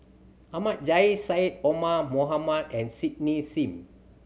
Ahmad Jais Syed Omar Moham and Cindy Sim